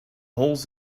holes